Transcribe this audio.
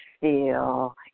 feel